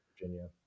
Virginia